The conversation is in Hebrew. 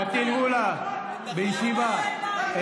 פטין מולא, בישיבה.